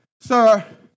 Sir